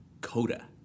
Coda